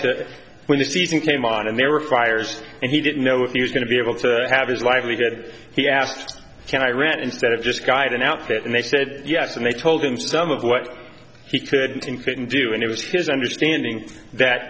to when the season came on and there were fires and he didn't know if he was going to be able to have his livelihood he asked can i run instead of just guide and outfit and they said yes and they told him some of what he could and couldn't do and it was his understanding that